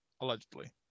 allegedly